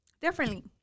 differently